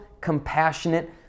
compassionate